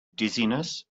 dizziness